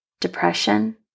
depression